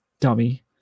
dummy